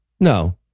no